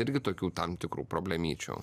irgi tokių tam tikrų problemyčių